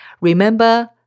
Remember